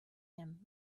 him